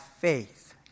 faith